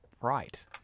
right